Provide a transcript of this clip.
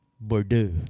Bordeaux